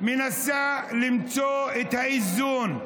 שמנסה למצוא את האיזון: